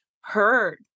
heard